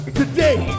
today